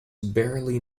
barely